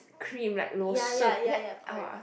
cream like lotion ya oh